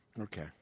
Okay